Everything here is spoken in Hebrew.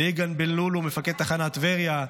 ליגאל בן לולו, מפקד תחנת טבריה,